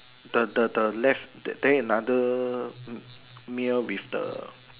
the the the left then another male with the